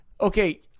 okay